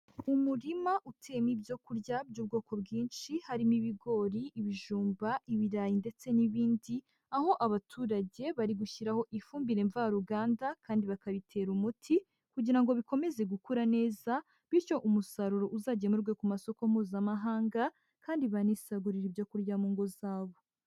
Umurima uteyemo ibyo kurya by'ubwoko bwinshi harimo ibigori, ibijumba, ibirayi ndetse n'ibindi, aho abaturage bari gushyiraho ifumbire mvaruganda kandi bakabitera umuti kugira ngo bikomeze gukura neza, bityo umusaruro uzagemurwe ku masoko mpuzamahanga kandi banisagurire ibyo kurya mu ngo zabo.